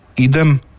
Idem